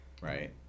Right